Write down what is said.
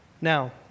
now